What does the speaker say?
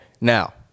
Now